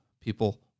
people